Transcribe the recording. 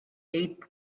eighth